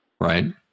Right